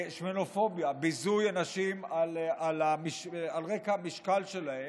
שמנופוביה, ביזוי אנשים על רקע המשקל שלהם,